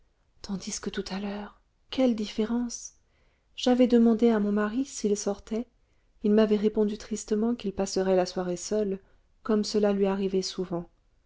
tandis que tout à l'heure quelle différence j'avais demandé à mon mari s'il sortait il m'avait répondu tristement qu'il passerait la soirée seul comme cela lui arrivait souvent